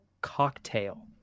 cocktail